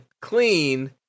clean